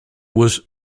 was